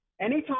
Anytime